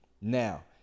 now